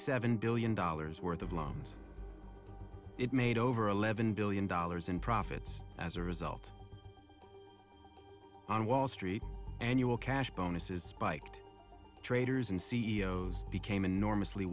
seven billion dollars worth of loans it made over eleven billion dollars in profits as a result on wall street annual cash bonuses spiked traders and c e o s became enormously